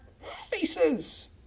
faces